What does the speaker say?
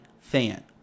fan